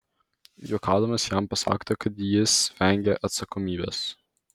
juokaudamas jam pasakote kad jis vengia atsakomybės